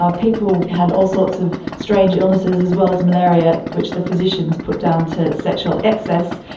ah people had all sorts of strange illnesses, as well as malaria, which the physicians put down to sexual excess.